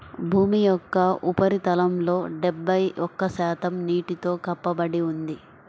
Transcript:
భూమి యొక్క ఉపరితలంలో డెబ్బై ఒక్క శాతం నీటితో కప్పబడి ఉంది